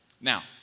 Now